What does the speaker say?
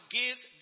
gives